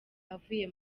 avuye